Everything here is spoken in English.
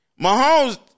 Mahomes